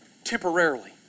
temporarily